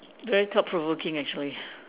very thought provoking actually